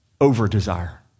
Over-desire